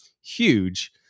huge